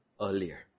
earlier